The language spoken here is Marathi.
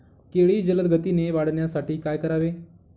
केळी जलदगतीने वाढण्यासाठी काय करावे?